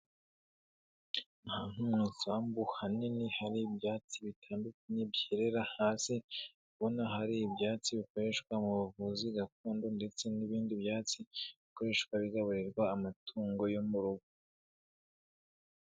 Ahantu mu isambu hanini hari ibyatsi bitandukanye byerera hasi, ubona hari ibyatsi bikoreshwa mu buvuzi gakondo ndetse n'ibindi byatsi bikoreshwa bigaburirwa amatungo yo mu rugo.